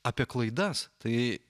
apie klaidas tai